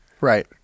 Right